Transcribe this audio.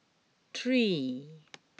three